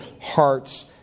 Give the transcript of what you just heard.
hearts